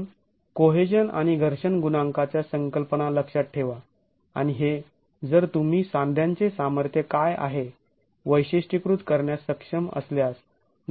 म्हणून कोहेजन आणि घर्षण गुणांकाच्या संकल्पना लक्षात ठेवा आणि हे जर तुम्ही सांध्यांचे सामर्थ्य काय आहे वैशिष्ट्यीकृत करण्यास सक्षम असल्यास